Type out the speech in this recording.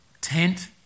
tent